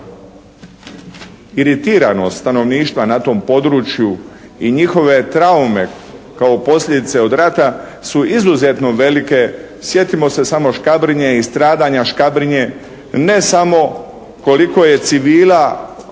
iritiranost stanovništva na tom području i njihove traume kao posljedice od rata su izuzetno velike. Sjetimo se samo Škabrinje i stradanja Škabrinje, ne samo koliko je civila